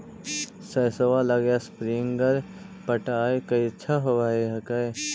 सरसोबा लगी स्प्रिंगर पटाय अच्छा होबै हकैय?